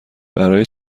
برای